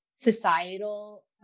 societal